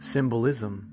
Symbolism